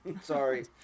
Sorry